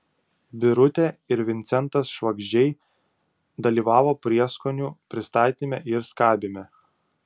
birutė ir vincentas švagždžiai dalyvavo prieskonių pristatyme ir skabyme